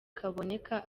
kaboneka